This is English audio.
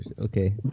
okay